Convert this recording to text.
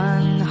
One